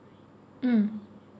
mm